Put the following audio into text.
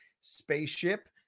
spaceship